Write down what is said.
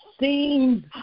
seems